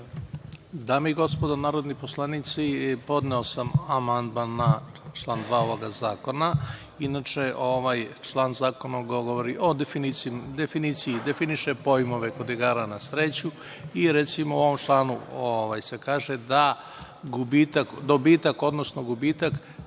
Dame i gospodo narodni poslanici, podneo sam amandman na član 2. ovog zakona. Inače, ovaj član zakona govori o definiciji, definiše pojmove kod igara na sreću i recimo u ovom članu se kaže da dobitak, odnosno gubitak